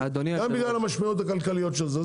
גם בגלל המשמעויות הכלכליות של זה,